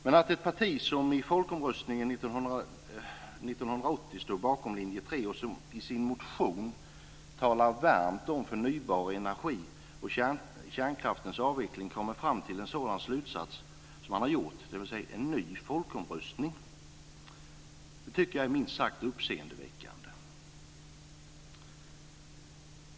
Men att ett parti som i folkomröstningen 1980 stod bakom Linje 3 och som i sin motion talar varmt om förnybar energi och om kärnkraftens avveckling kommer fram till en sådan slutsats som man har gjort, dvs. en ny folkomröstning, tycker jag är minst sagt uppseendeväckande.